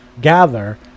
gather